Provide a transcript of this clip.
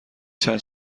چند